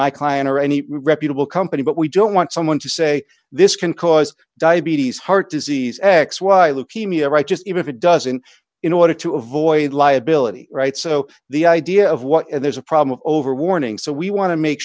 my client or any reputable company but we don't want someone to say this can cause diabetes heart disease x y leukemia right just even if it doesn't in order to avoid liability right so the idea of what and there's a problem of over warning so we want to make